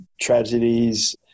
tragedies